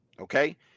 Okay